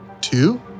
Two